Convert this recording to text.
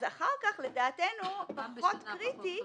אז אחר כך לדעתנו זה פחות קריטי,